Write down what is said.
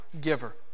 giver